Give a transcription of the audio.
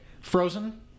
Frozen